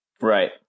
Right